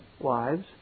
Wives